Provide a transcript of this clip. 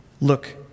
look